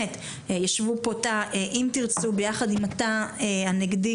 ישבו פה תא "אם תרצו" ביחד עם התא הנגדי